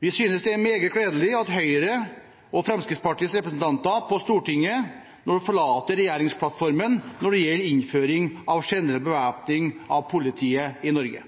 Vi synes det er meget gledelig at Høyres og Fremskrittspartiets representanter på Stortinget nå forlater regjeringsplattformen når det gjelder innføring av generell bevæpning av politiet i Norge.